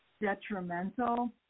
detrimental